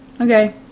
Okay